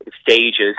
stages